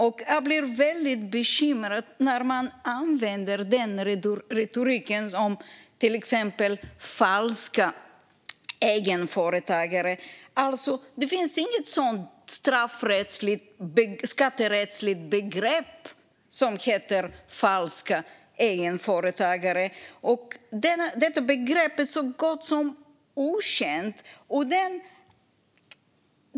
Jag blir väldigt bekymrad när man använder en retorik där man exempelvis talar om falska egenföretagare. Det finns inget sådant straffrättsligt och skatterättsligt begrepp. Detta begrepp är så gott som okänt.